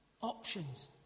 options